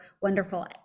wonderful